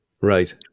Right